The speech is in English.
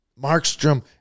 Markstrom